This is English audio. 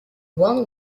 won